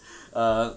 err